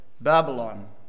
Babylon